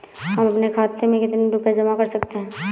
हम अपने खाते में कितनी रूपए जमा कर सकते हैं?